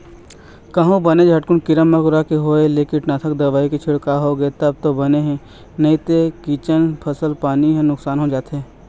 कहूँ बने झटकुन कीरा मकोरा के होय ले कीटनासक दवई के छिड़काव होगे तब तो बने हे नइते चिक्कन फसल पानी ह नुकसान हो जाथे